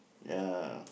ya